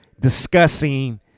discussing